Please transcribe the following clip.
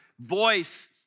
voice